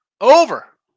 over